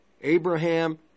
Abraham